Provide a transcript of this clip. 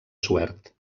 suert